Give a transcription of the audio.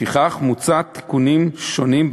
לפיכך מוצעים תיקונים שונים,